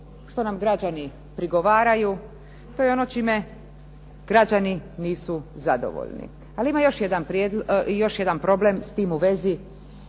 što nam građani prigovaraju, to je ono čime građani nisu zadovoljni. Ali ima još jedan problem s tim u vezi